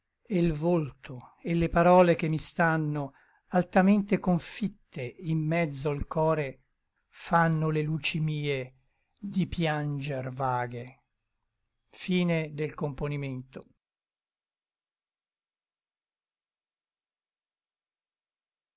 l volto et le parole che mi stanno altamente confitte in mezzo l core fanno le luci mie di pianger vaghe